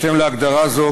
בהתאם להגדרה זו,